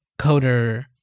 coder